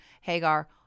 Hagar